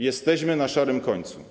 Jesteśmy na szarym końcu.